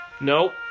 Nope